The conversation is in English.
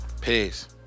Peace